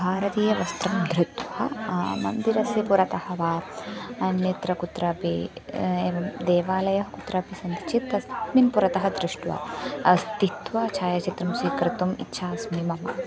भारतीयवस्त्रं धृत्वा मन्दिरस्य पुरतः वा अन्यत्र कुत्रापि एवं देवालयः कुत्रापि सन्ति चेत् तस्मिन् पुरतः दृष्ट्वा स्थित्वा छायाचित्रं स्वीकर्तुम् इच्छास्ति मम